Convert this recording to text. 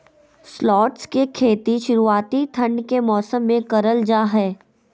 shallots के खेती शुरुआती ठंड के मौसम मे करल जा हय